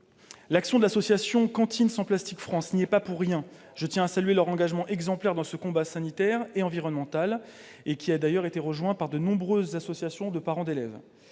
L'action de l'association Cantine sans plastique France n'y est pas pour rien. Je tiens à saluer son engagement exemplaire dans ce combat sanitaire et environnemental. Elle a d'ailleurs été rejointe par de nombreuses associations de parents d'élèves.